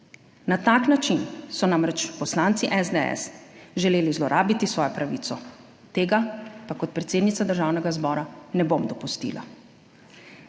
Na tak način so namreč poslanci SDS želeli zlorabiti svojo pravico, tega pa kot predsednica Državnega zbora ne bom dopustila.